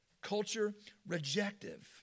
Culture-rejective